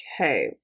Okay